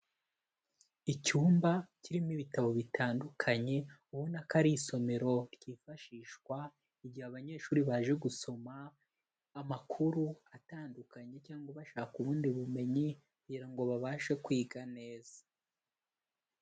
Icyumba kirimo ibitabo bitandukanye ubona ko ari isomero ryifashishwa igihe abanyeshuri baje gusoma amakuru atandukanye cyangwa bashaka ubundi bumenyi, kugira ngo babashe kwiga neza.